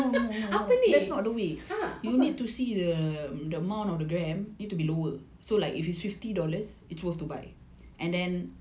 apa ni ah apa